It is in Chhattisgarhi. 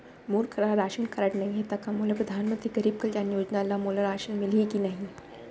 मोर करा राशन कारड नहीं है त का मोल परधानमंतरी गरीब कल्याण योजना ल मोला राशन मिलही कि नहीं?